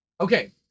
Okay